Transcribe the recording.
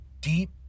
deep